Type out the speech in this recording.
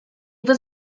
was